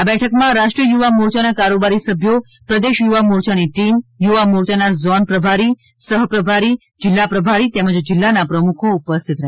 આ બેઠકમાં રાષ્ટ્રીય યુવા મોરચાના કારોબારી સભ્યો પ્રદેશ યુવા મોરચાની ટીમ યુવા મોરચાના ઝોન પ્રભારી સહ પ્રભારીજીલ્લા પ્રભારી તેમજ જીલ્લાના પ્રમુખો ઉપસ્થિત રહેશે